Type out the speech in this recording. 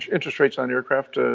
interest rates on aircraft,